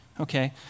Okay